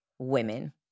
women